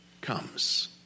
comes